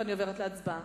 ואני עוברת להצבעה.